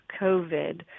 COVID